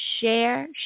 share